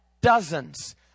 dozens